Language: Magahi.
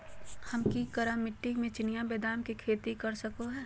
हम की करका मिट्टी में चिनिया बेदाम के खेती कर सको है?